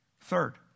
Third